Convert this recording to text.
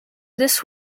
this